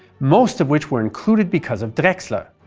most of which were included because of drexler.